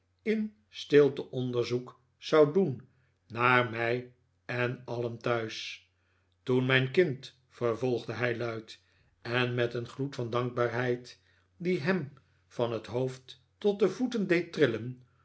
in stilte onderzoek zou doen naar mij en alien thuis toen mijn kind vervolgde hij luid en met een gloed van dankbaarheid die hem van het hoofd tot de voeten deed trillen